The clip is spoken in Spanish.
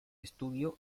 estudio